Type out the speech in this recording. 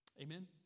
Amen